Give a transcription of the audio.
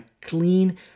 Clean